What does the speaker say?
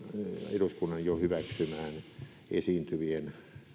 eduskunnan jo hyväksymään esiintyvien